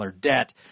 debt